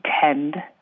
tend